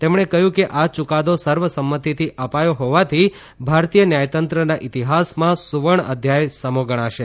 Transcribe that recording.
તેમણે કહ્યું કે આ યૂકાદો સર્વસંમતિથી અપાયો હોવાથી ભારતીય ન્યાયતંત્રના ઇતિહાસમાં સુવર્ણ અધ્યાયસમો ગણાશે